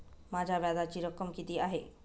माझ्या व्याजाची रक्कम किती आहे?